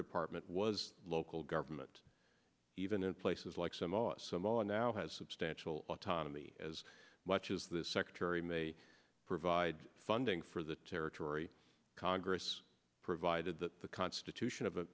department was local government even in places like some awesome on now has substantial autonomy as much as the secretary may provide funding for the territory congress provided that the constitution